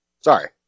Sorry